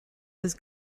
his